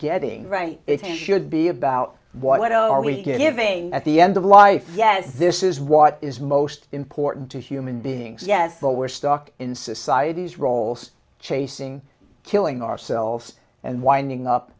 getting right it should be about what else are we giving at the end of life yet this is what is most important to human beings yes but we're stuck in society's roles chasing killing ourselves and winding up